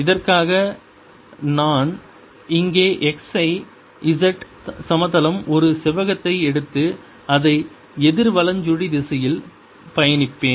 இதற்காக நான் இங்கே xz சமதளம் ஒரு செவ்வகத்தை எடுத்து அதை எதிர் வலஞ்சுழி திசையில் பயணிப்பேன்